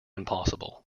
impossible